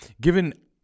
Given